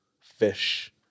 fish